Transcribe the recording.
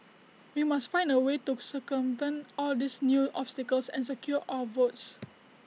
we must find A way to circumvent all these new obstacles and secure our votes